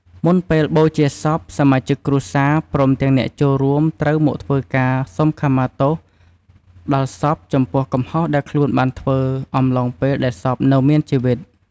មុនពេលបូជាសព សមាជិកគ្រួសារ ព្រមទាំងអ្នកចូលរួមត្រូវមកធ្វើការ សុំខមាទោសដល់សពចំពោះកំហុសដែលខ្លួនបានធ្វើអំឡុងពេលដែលសពនៅមានជីវិត។